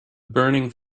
burning